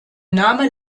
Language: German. name